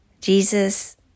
Jesus